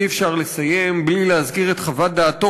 אי-אפשר לסיים בלי להזכיר את חוות דעתו